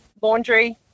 laundry